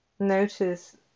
Notice